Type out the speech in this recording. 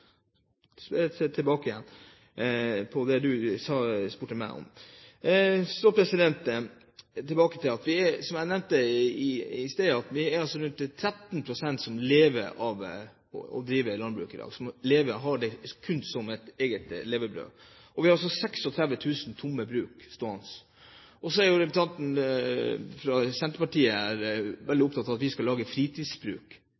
Så jeg retter spørsmålet tilbake igjen om det du spurte meg om. Som jeg nevnte i sted, er det rundt 13 pst. som lever av å drive landbruk i dag og kun har det som levebrød. Vi har 36 000 tomme bruk stående. Så er representanten fra Senterpartiet